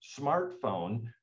smartphone